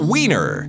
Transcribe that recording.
Wiener